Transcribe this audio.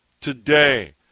today